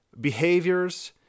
behaviors